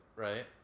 right